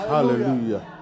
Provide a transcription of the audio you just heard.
Hallelujah